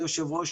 היושב-ראש,